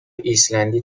ایسلندی